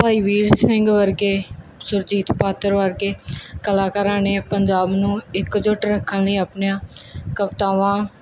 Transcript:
ਭਾਈ ਵੀਰ ਸਿੰਘ ਵਰਗੇ ਸੁਰਜੀਤ ਪਾਤਰ ਵਰਗੇ ਕਲਾਕਾਰਾਂ ਨੇ ਪੰਜਾਬ ਨੂੰ ਇੱਕਜੁੱਟ ਰੱਖਣ ਲਈ ਆਪਣੀਆਂ ਕਵਿਤਾਵਾਂ